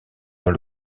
dans